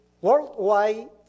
worldwide